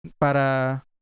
para